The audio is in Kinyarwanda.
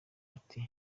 ati